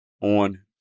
on